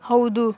ಹೌದು